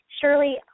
Surely